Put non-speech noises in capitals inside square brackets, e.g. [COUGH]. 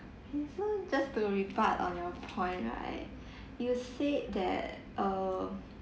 so just to rebut on your point right [BREATH] you said that um